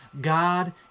God